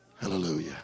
Hallelujah